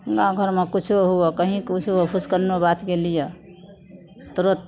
हमरा घरमे किछु हुए कहीँ किछु फुसिकन्नो बातके लिए तुरन्त